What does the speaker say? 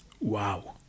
wow